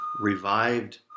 revived